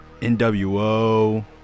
NWO